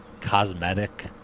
cosmetic